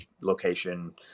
location